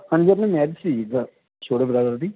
ਹਾਂਜੀ ਆਪਣੇ ਮੈਰਿਜ ਸੀਗੀ ਛੋਟੇ ਬ੍ਰਦਰ ਦੀ